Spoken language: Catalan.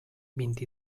vint